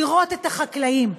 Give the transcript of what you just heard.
לראות את החקלאים,